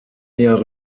jahre